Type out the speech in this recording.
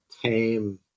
tame